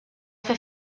fer